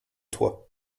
toi